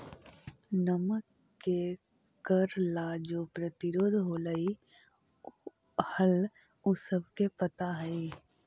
नमक के कर ला जो प्रतिरोध होलई हल उ सबके पता हई